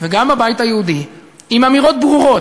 וגם בבית היהודי, עם אמירות ברורות.